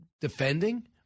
defending